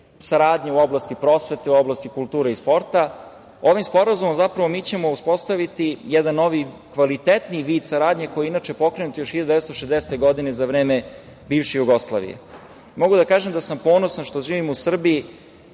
saradnja u oblasti prosvete, u oblasti kulture i sporta. Ovim Sporazumom mi ćemo uspostaviti jedan novi kvalitetniji vid saradnje koji je pokrenut još 1960. godine za vreme bivše Jugoslavije. Mogu da kažem da sam ponosan što živim u Srbiji,